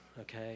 okay